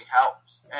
helps